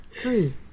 Three